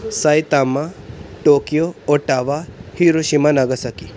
Saitama Tokyo Ottawa Hiroshima Nagasaki